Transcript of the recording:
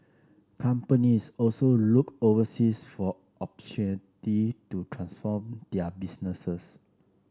companies also looked overseas for opportunity to transform their businesses